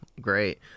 Great